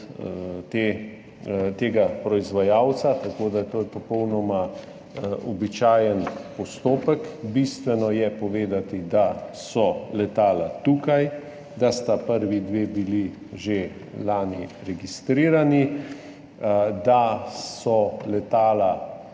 tega proizvajalca, tako da je to popolnoma običajen postopek. Bistveno je povedati, da so letala tukaj, da sta bili prvi dve že lani registrirani, da so letala